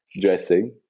dressing